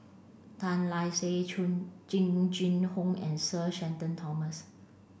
Tan Lark Sye Jing Jing Hong and Sir Shenton Thomas